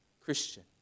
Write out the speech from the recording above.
Christian